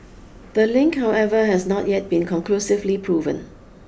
the link however has not yet been conclusively proven